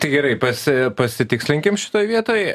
tai gerai pasi pasitikslinkim šitoj vietoj